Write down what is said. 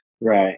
Right